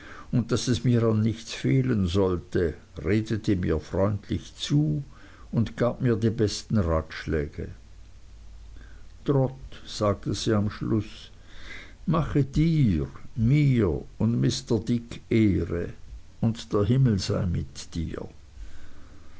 und daß es mir an nichts fehlen sollte redete mir freundlich zu und gab mir die besten ratschläge trot sagte sie am schluß mache dir mir und mr dick ehre und der himmel sei mit dir